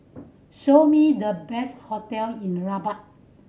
show me the best hotel in Rabat